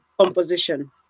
composition